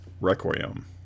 Requiem